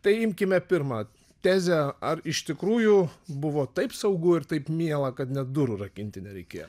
tai imkime pirmą tezę ar iš tikrųjų buvo taip saugu ir taip miela kad net durų rakinti nereikėjo